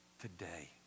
today